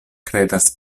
kredas